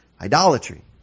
idolatry